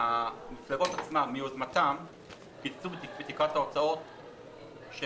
המפלגות מיוזמתן קיצצו בתקרת ההוצאות של